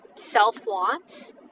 self-wants